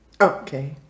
okay